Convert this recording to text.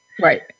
Right